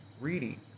reading